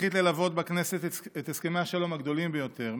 זכית ללוות בכנסת את הסכמי השלום הגדולים ביותר,